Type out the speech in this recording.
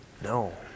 no